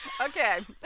Okay